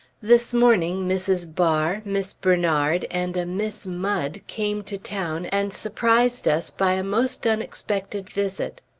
this morning mrs. bar, miss bernard, and miss mud came to town and surprised us by a most unexpected visit.